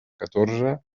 catorze